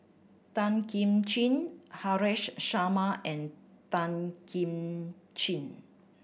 Tan Kim Ching Haresh Sharma and Tan Kim Ching